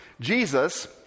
Jesus